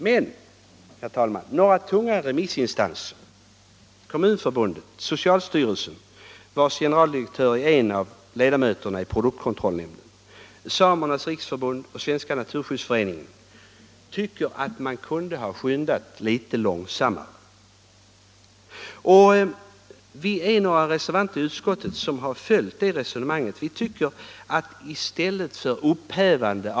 Men, herr talman, några tunga remissinstanser — Kommunförbundet, socialstyrelsen, vars generaldirektör är en av ledamöterna i produktkontrollnämnden, Samernas riksförbund och Svenska naturskyddsföreningen — tycker att man kunde ha skyndat litet långsammare. Vi är några ledamöter i utskottet som reserverat oss för den ståndpunkten.